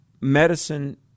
medicine